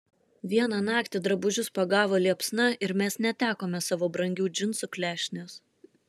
vieną naktį drabužius pagavo liepsna ir mes netekome savo brangių džinsų klešnės